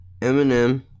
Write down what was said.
Eminem